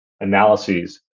analyses